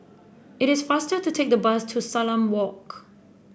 it is faster to take the bus to Salam Walk